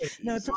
no